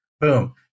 Boom